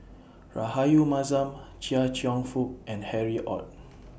Rahayu Mahzam Chia Cheong Fook and Harry ORD